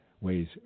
ways